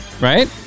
Right